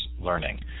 learning